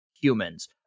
humans